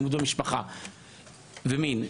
אלימות במשפחה ומין.